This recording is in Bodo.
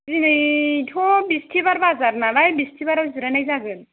दिनैथ' बिसथिबार बाजार नालाय बिसथिबाराव जिरायनाय जागोन